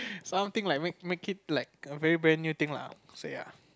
something like make make it like a very new thing lah ya